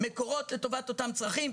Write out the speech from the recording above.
מקורות לטובת אותם צרכים.